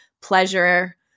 pleasure